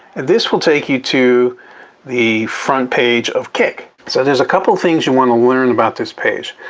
this will take you to the front page of kik. so, there's a couple things you want to learn about this page.